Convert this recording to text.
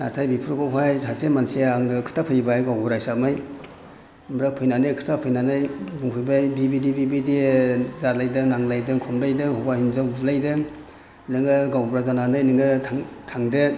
नाथाय बेफोरखौहाय सासे मानसिया आंनो खोन्थाफैबाय गावबुरा हिसाबै ओमफ्राय फैनानै खोन्थाफैनानै बुंफैबाय बेबायदि बेबायदि जालायदों नांलायदों खमलायदों हौवा हिनजाव बुलायदों नोङो गावबुरा जानानै नोङो थांदो